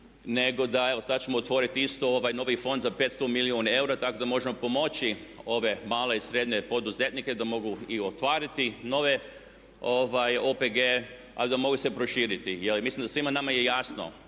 evo sad ćemo otvoriti isto ovaj novi fond za 500 milijuna eura tako da možemo pomoći ove male i srednje poduzetnike da mogu i otvarati nove OPG-e ali i da mogu se proširiti. Jer mislim da svima nama je jasno